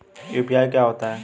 UPI क्या होता है?